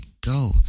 go